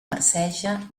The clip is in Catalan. marceja